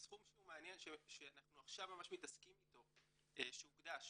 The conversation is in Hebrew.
סכום מעניין שאנחנו עכשיו ממש מתעסקים איתו שהוקדש